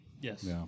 Yes